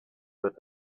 with